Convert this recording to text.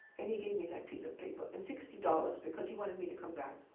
and he gave me that piece of paper and sixty dollars, because he wanted me to come back.